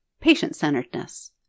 patient-centeredness